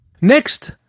Next